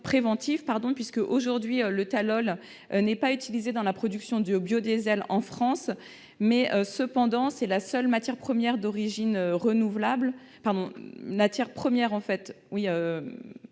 préventive. À ce jour, le tallol n'est pas utilisé dans la production de biodiesels en France, mais il est la seule matière première d'origine renouvelable